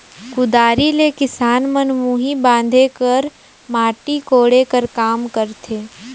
कुदारी ले किसान मन मुही बांधे कर, माटी कोड़े कर काम करथे